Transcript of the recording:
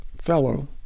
fellow